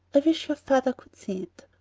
i wish your father could see it.